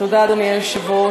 תודה, אדוני היושב-ראש.